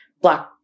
Black